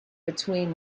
between